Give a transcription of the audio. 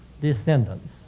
descendants